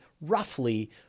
roughly